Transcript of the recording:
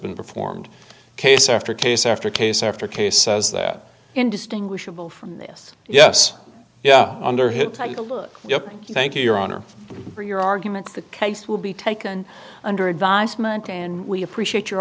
been performed case after case after case after case says that indistinguishable from this yes yeah under hitler you look up and thank you your honor for your arguments the case will be taken under advisement and we appreciate your